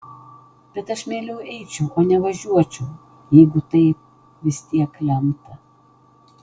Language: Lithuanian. bet aš mieliau eičiau o ne važiuočiau jeigu tai vis tiek lemta